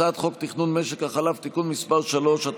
הצעת חוק תכנון משק החלב (תיקון מס' 3),